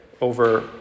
over